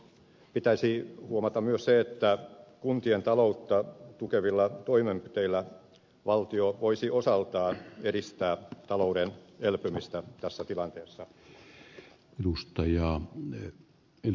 pitäisi huomata myös se että kuntien taloutta tukevilla toimenpiteillä valtio voisi osaltaan edistää talouden elpymistä tässä tilanteessa